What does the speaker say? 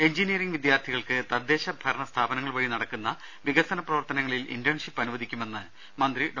engineering വിദ്യാർഥികൾക്ക് തദ്ദേശ സ്ഥയംഭരണ സ്ഥാപന ങ്ങൾവഴി നടക്കുന്ന വികസന പ്രവർത്തനങ്ങളിൽ ഇന്റൺഷിപ്പ് അനുവദിക്കുമെന്ന് മന്ത്രി ഡോ